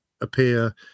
appear